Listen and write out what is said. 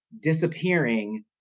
disappearing